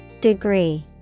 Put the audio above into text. Degree